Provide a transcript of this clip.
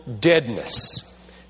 deadness